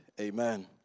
Amen